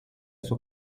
sua